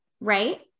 right